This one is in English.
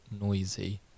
noisy